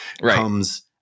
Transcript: comes